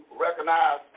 recognize